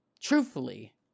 Truthfully